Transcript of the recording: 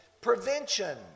prevention